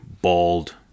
bald